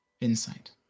insight